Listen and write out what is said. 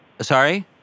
Sorry